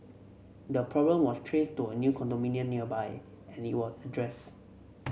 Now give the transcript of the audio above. the problem was traced to a new condominium nearby and it were addressed